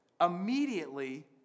immediately